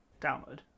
Download